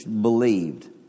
believed